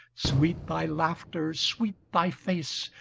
sweet thy laughter, sweet thy face,